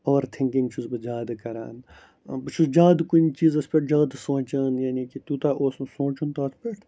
over thinking چھُس بہٕ زیادٕ کَران بہٕ چھُس زیادٕ کُنہِ چیٖزَس پٮ۪ٹھ زیادٕ سونٛچان یعنی کہِ تیوٗتاہ اوس نہٕ سونٛچُن تَتھ پٮ۪ٹھ